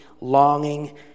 longing